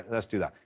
let's do that.